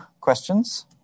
questions